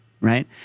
Right